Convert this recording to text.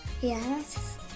Yes